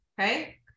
okay